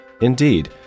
Indeed